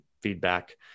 feedback